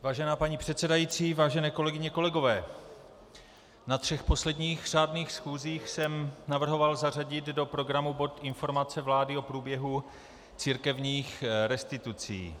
Vážená paní předsedající, vážené kolegyně a kolegové, na třech posledních řádných schůzích jsem navrhoval zařadit do programu bod Informace vlády o průběhu církevních restitucí.